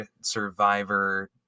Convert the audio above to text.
Survivor